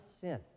sin